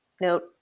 note